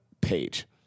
page